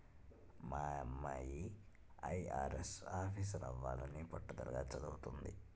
మా అమ్మాయి ఐ.ఆర్.ఎస్ ఆఫీసరవ్వాలని పట్టుదలగా చదవతంది